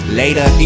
later